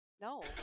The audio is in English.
No